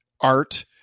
art